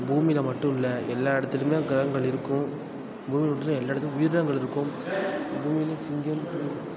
பூமியில் மட்டும் இல்லை எல்லா இடத்துலையுமே கிரகங்கள் இருக்கும் பூமியில் மட்டும் இல்லை எல்லா இடத்துலையும் உயிரினங்கள் இருக்கும் பூமியில் சிங்கம் புலி